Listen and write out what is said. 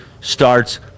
starts